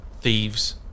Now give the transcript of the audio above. Thieves